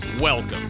Welcome